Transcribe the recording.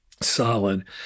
solid